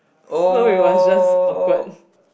so it was just awkward